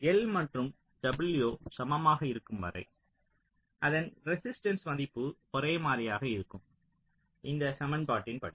L மற்றும் w சமமாக இருக்கும் வரை அதன் ரெசிஸ்டன்ஸ் மதிப்பு ஒரே மாதிரியாக இருக்கும் இந்த சமன்பாட்டின் படி